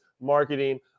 marketing